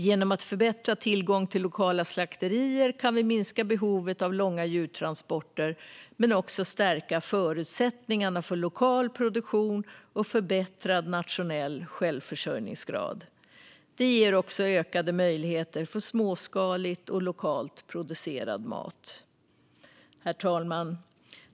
Genom att förbättra tillgången till lokala slakterier kan vi minska behovet av långa djurtransporter men också stärka förutsättningarna för lokal produktion och förbättrad nationell självförsörjningsgrad. Det ger också ökade möjligheter för småskaligt och lokalt producerad mat. Herr talman!